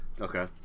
Okay